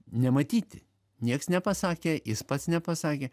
nematyti nieks nepasakė jis pats nepasakė